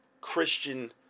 Christian